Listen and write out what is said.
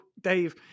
Dave